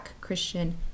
christian